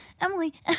Emily